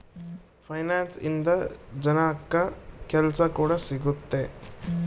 finance ಇಂದ ಜನಕ್ಕಾ ಕೆಲ್ಸ ಕೂಡ ಸಿಗುತ್ತೆ